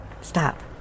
Stop